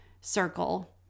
circle